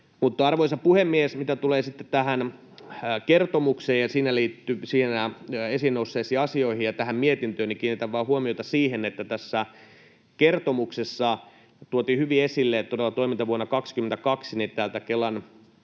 Arvoisa puhemies! Mitä tulee tähän kertomukseen ja siinä esiin nousseisiin asioihin ja tähän mietintöön, niin kiinnitän vaan huomiota siihen, että tässä kertomuksessa tuotiin hyvin esille, että todella toimintavuonna 22 Kelan